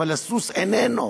אבל הסוס איננו?